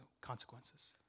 consequences